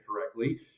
correctly